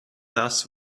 das